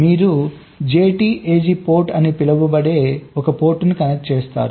మీరు JTAG port అని పిలువబడే ఒక పోర్ట్ను కనెక్ట్ చేస్తారు